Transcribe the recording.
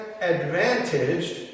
advantaged